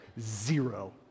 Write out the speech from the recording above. Zero